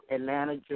Atlanta